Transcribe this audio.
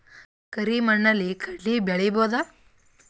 ಕರಿ ಮಣ್ಣಲಿ ಕಡಲಿ ಬೆಳಿ ಬೋದ?